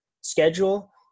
schedule